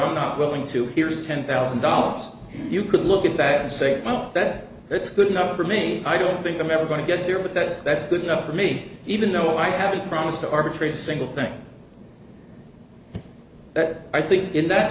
i'm not willing to here's ten thousand dollars you could look at that and say i'll bet it's good enough for me i don't think i'm ever going to get there but that's that's good enough for me even though i haven't promised to arbitrate a single thing that i think in that